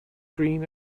green